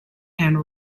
and